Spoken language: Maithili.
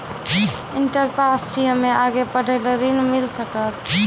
इंटर पास छी हम्मे आगे पढ़े ला ऋण मिल सकत?